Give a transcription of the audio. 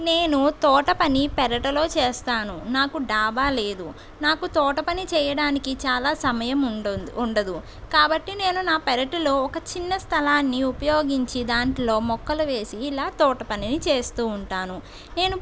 నేను తోట పని పెరట్లో చేస్తాను నాకు డాబా లేదు నాకు తోట పని చేయడానికి చాలా సమయం ఉండ ఉండదు కాబట్టి నేను నా పెరట్లో ఒక చిన్న స్థలాన్ని ఉపయోగించి దాంట్లో మొక్కలు వేసి ఇలా తోట పనిని చేస్తూ ఉంటాను నేను